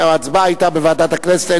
ההצבעה היתה בוועדת הכנסת.